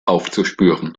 aufzuspüren